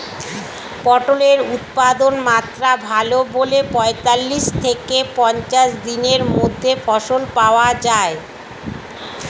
পটলের উৎপাদনমাত্রা ভালো বলে পঁয়তাল্লিশ থেকে পঞ্চাশ দিনের মধ্যে ফসল পাওয়া যায়